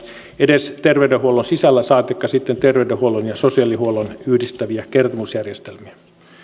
edes terveydenhuollon sisällä saatikka sitten terveydenhuollon ja sosiaalihuollon yhdistäviä kertomusjärjestelmiä